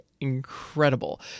incredible